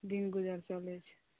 दिन गुजर चलै छै